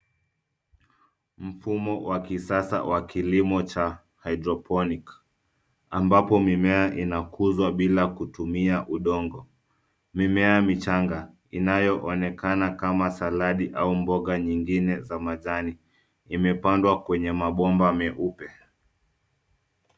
Mfumo wa kisasa wa kilimo cha hydroponic ambapo mimea inakuzwa bila kutumia udongo. Mimea michanga inayoonekana kama saladi au mboga nyingine za majani imepandwa kwenye mabomba meupe.